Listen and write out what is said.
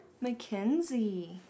Mackenzie